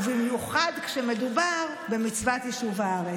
ובמיוחד כשמדובר במצוות יישוב הארץ.